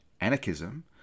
anarchism